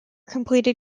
completed